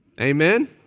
Amen